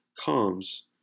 comes